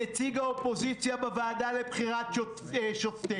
הנושא הזה של זיקה, בוודאי בנושאים המשפטים,